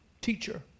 teacher